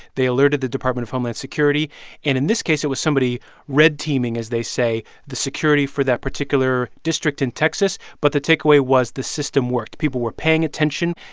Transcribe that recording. they alerted the department of homeland security. and in this case, it was somebody red-teaming, as they say the security for that particular district in texas but the takeaway was the system worked. people were paying attention.